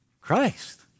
Christ